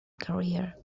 career